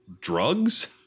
drugs